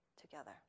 together